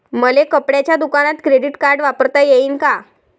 मले कपड्याच्या दुकानात क्रेडिट कार्ड वापरता येईन का?